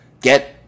get